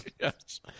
Yes